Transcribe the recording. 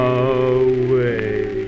away